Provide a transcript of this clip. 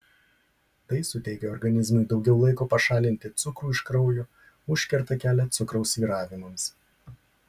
tai suteikia organizmui daugiau laiko pašalinti cukrų iš kraujo užkerta kelią cukraus svyravimams